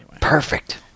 Perfect